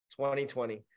2020